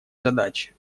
задачи